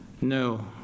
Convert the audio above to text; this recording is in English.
No